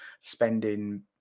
spending